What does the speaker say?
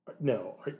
No